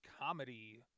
comedy